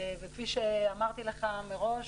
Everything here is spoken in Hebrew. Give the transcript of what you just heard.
וכפי שאמרתי לך מראש,